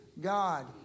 God